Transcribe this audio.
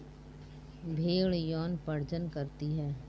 भेड़ यौन प्रजनन करती है